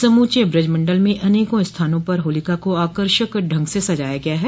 समूचे ब्रज मंडल में अनेक स्थानों पर होलिका का आकर्षक ढंग से सजाया गया है